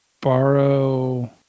borrow